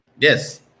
Yes